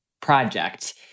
Project